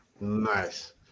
nice